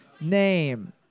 name